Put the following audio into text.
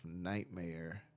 nightmare